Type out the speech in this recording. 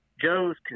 Joe's